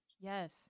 Yes